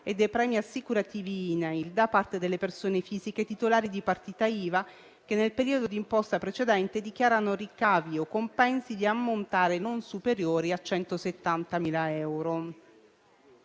e dei premi assicurativi INAIL da parte delle persone fisiche titolari di partita IVA, che nel periodo di imposta precedente dichiarano ricavi o compensi di ammontare non superiore a 170.000 euro.